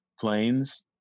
Planes